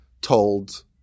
told